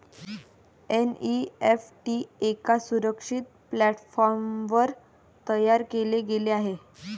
NEFT एका सुरक्षित प्लॅटफॉर्मवर तयार केले गेले आहे